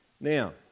Now